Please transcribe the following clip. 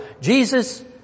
Jesus